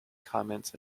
comments